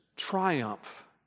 triumph